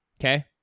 Okay